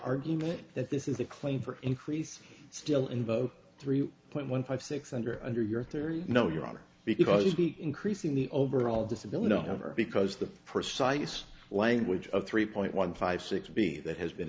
argument that this is the claim for increase still in both three point one five six under under your thirty no your honor because you keep increasing the overall disability however because the precise language of three point one five six b that has been